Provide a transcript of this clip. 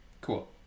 Cool